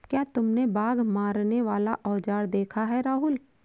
क्या तुमने बाघ मारने वाला औजार देखा है राहुल?